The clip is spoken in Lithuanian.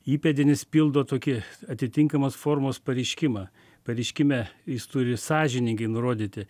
įpėdinis pildo tokį atitinkamos formos pareiškimą pareiškime jis turi sąžiningai nurodyti